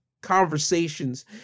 conversations